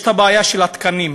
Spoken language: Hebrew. יש בעיה של תקנים,